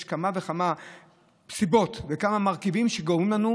יש כמה וכמה סיבות ומרכיבים שגורמים לנו,